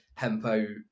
hempo